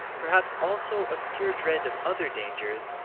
perhaps also obscure dread of other dangers,